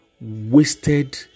wasted